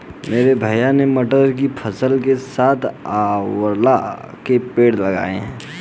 मेरे भैया ने मटर की फसल के साथ आंवला के पेड़ लगाए हैं